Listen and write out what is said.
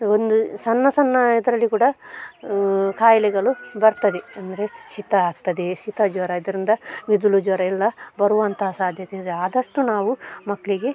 ಒಂದು ಸಣ್ಣ ಸಣ್ಣ ಇದರಲ್ಲಿ ಕೂಡ ಖಾಯಿಲೆಗಳು ಬರ್ತದೆ ಅಂದರೆ ಶೀತ ಆಗ್ತದೆ ಶೀತ ಜ್ವರ ಇದರಿಂದ ಮೆದುಳು ಜ್ವರ ಎಲ್ಲ ಬರುವಂಥ ಸಾಧ್ಯತೆ ಇದೆ ಆದಷ್ಟು ನಾವು ಮಕ್ಕಳಿಗೆ